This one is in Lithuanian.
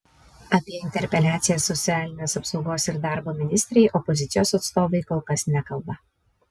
apie interpeliaciją socialinės apsaugos ir darbo ministrei opozicijos atstovai kol kas nekalba